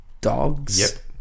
Dogs